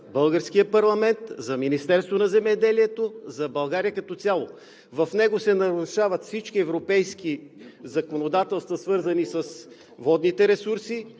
българския парламент, за Министерството на земеделието, за България като цяло. В него се нарушават всички европейски законодателства, свързани с водните ресурси,